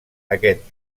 aquest